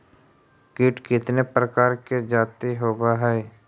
कीट कीतने प्रकार के जाती होबहय?